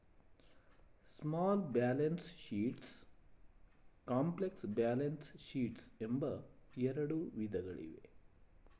small balance sheets, complex balance sheets ಎಂಬ ಎರಡು ವಿಧಗಳಿವೆ